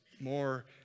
more